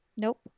Nope